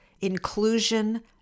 inclusion